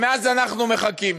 ומאז אנחנו מחכים.